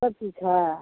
सब चीज छै